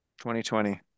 2020